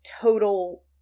total